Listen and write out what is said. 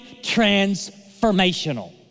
transformational